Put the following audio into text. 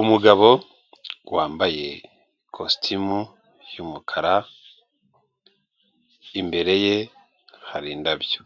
Umugabo wambaye ikositimu y'umukara, imbere ye hari indabyo